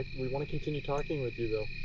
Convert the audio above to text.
we want to continue talking with you, though.